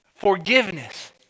forgiveness